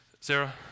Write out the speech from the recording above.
Sarah